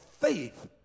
faith